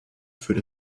führt